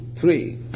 three